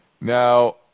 Now